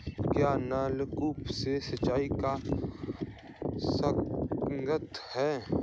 क्या नलकूप से सिंचाई कर सकते हैं?